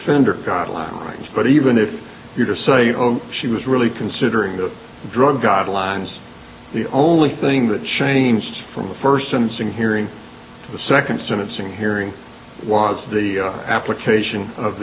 offender guidelines but even if you are saying oh she was really considering the drug guidelines the only thing that changed from the first since i'm hearing the second sentencing hearing was the application of